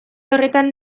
horretan